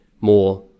more